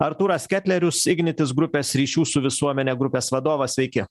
artūras ketlerius ignitis grupės ryšių su visuomene grupės vadovas sveiki